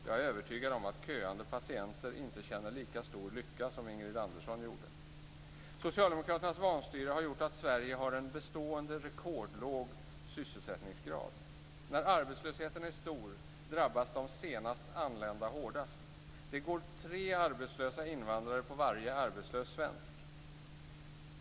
Jag är övertygad om att köande patienter inte känner lika stor lycka som Socialdemokraternas vanstyre har gjort att Sverige har en bestående rekordlåg sysselsättningsgrad. När arbetslösheten är stor drabbas de senast anlända hårdast. Det går tre arbetslösa invandrare på varje arbetslös svensk.